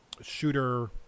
shooter